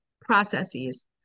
processes